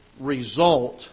result